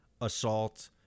assault